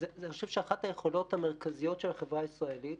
אני חושב שאחת היכולות המרכזיות של החברה הישראלית